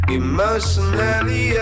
emotionally